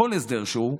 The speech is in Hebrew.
כל הסדר שהוא,